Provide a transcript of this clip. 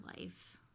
life